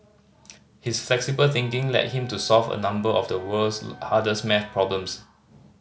his flexible thinking led him to solve a number of the world's hardest maths problems